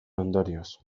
ondorioz